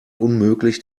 unmöglich